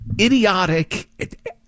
idiotic